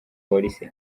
polisi